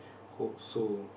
hope so